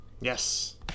Yes